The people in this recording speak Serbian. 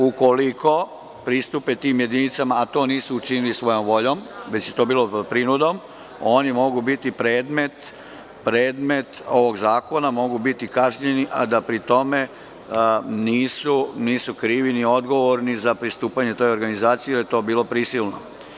Ukoliko pristupe tim jedinicama, a to nisu učinili svojom voljom, već je to bilo pod prinudom, oni mogu biti predmet ovog zakona i mogu biti kažnjeni, a da pri tome nisu krivi ni odgovorni za pristupanje toj organizaciji, jer je to bilo prisilno.